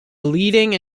leading